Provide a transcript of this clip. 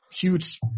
huge